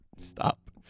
Stop